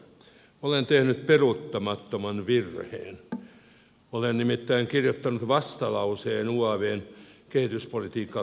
olen tehnyt peruuttamattoman virheen olen nimittäin kirjoittanut vastalauseen uavn kehityspolitiikkaa koskevaan mietintöön